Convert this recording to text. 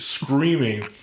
screaming